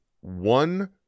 one